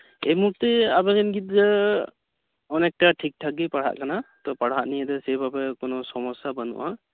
ᱮᱭ ᱢᱩᱦᱩᱨᱛᱮ ᱟᱵᱮᱱ ᱨᱮᱱ ᱜᱤᱫᱽᱨᱟᱹ ᱚᱱᱮᱠᱴᱟ ᱴᱷᱤᱠ ᱴᱷᱟᱠ ᱜᱮᱭ ᱯᱟᱲᱦᱟᱜ ᱠᱟᱱᱟ ᱛᱚ ᱯᱟᱲᱦᱟᱜ ᱱᱤᱭᱟᱹ ᱫᱚ ᱥᱮᱵᱷᱟᱵᱮ ᱠᱚᱱᱚ ᱥᱚᱢᱚᱥᱥᱟ ᱵᱟᱹᱱᱩᱜᱼᱟ